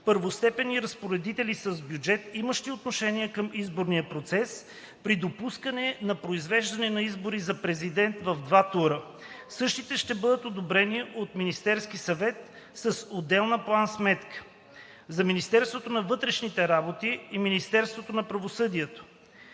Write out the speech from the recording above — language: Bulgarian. първостепенни разпоредители с бюджет, имащи отношение към изборния процес, при допускане за произвеждане на избори за президент в два тура. Същите ще бъдат одобрени от Министерския съвет с отделна план-сметка. 5. За Министерството на вътрешните работи и Министерството на правосъдието.